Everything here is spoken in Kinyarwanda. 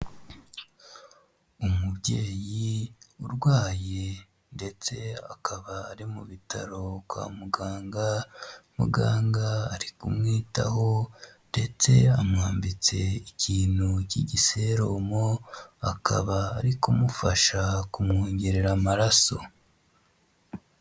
Umubyeyi urwaye ndetse akaba ari mu bitaro kwa muganga, muganga ari kumwitaho ndetse amwambitse ikintu cy'igiserumu, akaba ari kumufasha kumwongerera amaraso.